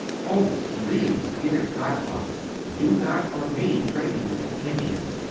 oh please, dear godfather, do not for me trading with the indians!